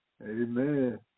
Amen